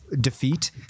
defeat